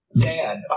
dad